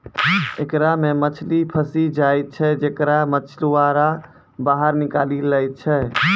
एकरा मे मछली फसी जाय छै जेकरा मछुआरा बाहर निकालि लै छै